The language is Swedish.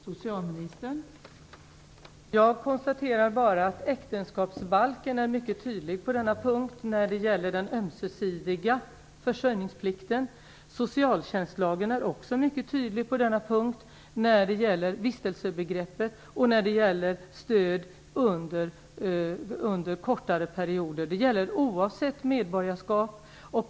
Fru talman! Jag konstaterar bara att äktenskapsbalken är mycket tydlig på denna punkt när det gäller den ömsesidiga försörjningsplikten. Socialtjänstlagen är också mycket tydlig på denna punkt när det gäller vistelsebegreppet och när det gäller stöd under kortare perioder. Det gäller oavsett medborgarskap.